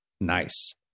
nice